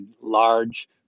large